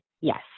Yes